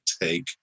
take